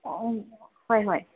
হয় হয়